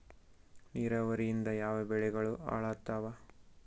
ನಿರಾವರಿಯಿಂದ ಯಾವ ಬೆಳೆಗಳು ಹಾಳಾತ್ತಾವ?